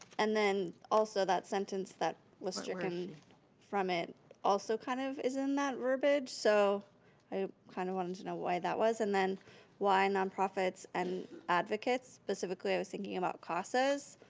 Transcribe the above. and then also that sentence that was stricken from it also kind of is in that verbiage, so i kind of wanted to know why that was. and then why nonprofits and advocates? specifically i was thinking about casas,